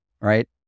Right